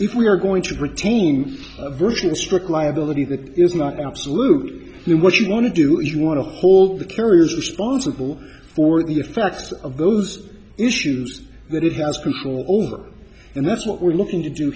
if we are going to retain a version of strict liability that is not absolutely what you want to do even want to hold the carriers responsible for the effects of those issues that it has control over and that's what we're looking to do